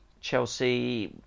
chelsea